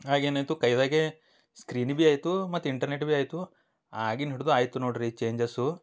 ಆಗ ಏನು ಆಯಿತು ಕೈದಾಗೇ ಸ್ಕ್ರೀನ್ ಬಿ ಆಯಿತು ಮತ್ತು ಇಂಟರ್ನೆಟ್ ಬಿ ಆಯಿತು ಆಗಿನ ಹಿಡ್ದು ಆಯಿತು ನೋಡ್ರಿ ಚೇಂಜಸ್ಸು